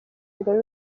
imbere